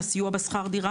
לסיוע בשכר דירה?